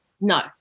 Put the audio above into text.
no